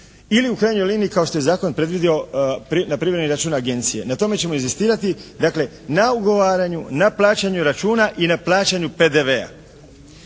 ili u krajnjoj liniji kao što je zakon predvidio na primljeni račun agencije. Na tome ćemo inzistirati. Dakle na ugovaranju, na plaćanju računa i na plaćanju PDV-a.